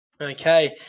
Okay